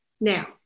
Now